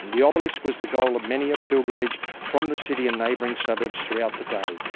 the obelisk was the goal of many a pilgrimage from the city and neighbouring suburbs throughout the day,